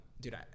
dude